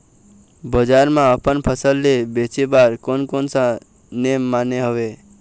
बजार मा अपन फसल ले बेचे बार कोन कौन सा नेम माने हवे?